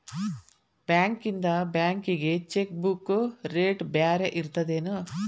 ಬಾಂಕ್ಯಿಂದ ಬ್ಯಾಂಕಿಗಿ cheque book rate ಬ್ಯಾರೆ ಇರ್ತದೇನ್